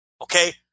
Okay